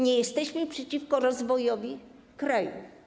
Nie jesteśmy przeciwko rozwojowi kraju.